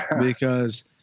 because-